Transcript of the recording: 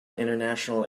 international